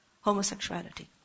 homosexuality